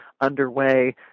underway